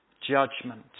judgment